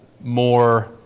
more